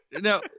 Now